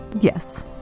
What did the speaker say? Yes